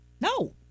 No